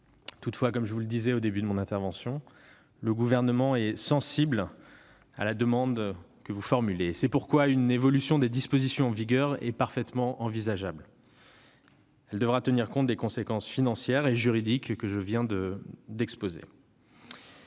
Toutefois, comme je vous le disais au début de mon intervention, le Gouvernement est sensible à la demande formulée. C'est pourquoi une évolution des dispositions en vigueur est parfaitement envisageable. Elle devra tenir compte des conséquences financières et juridiques que je viens d'exposer.